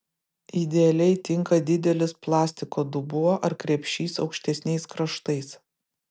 idealiai tinka didelis plastiko dubuo ar krepšys aukštesniais kraštais